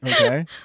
Okay